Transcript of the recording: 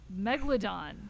Megalodon